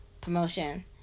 promotion